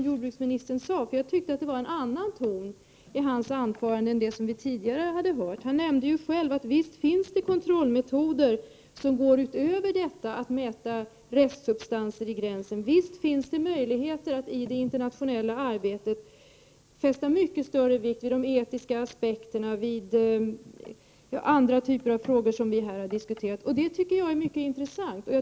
Jag tyckte att han hade en annan ton i sitt anförande nu än vi har hört tidigare. Han nämnde själv att det visst finns kontrollmetoder med vilkas hjälp man kan kontrollera mer än förekomsten av restsubstanser i livsmedlen vid gränsen. Visst finns det möjligheter att i det internationella arbetet fästa mycket större vikt vid de etiska aspekterna och vid andra typer av frågor som vi diskuterar. Det tycker jag är mycket intressant.